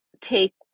take